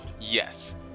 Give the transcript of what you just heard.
Yes